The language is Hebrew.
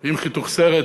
עם חיתוך סרט.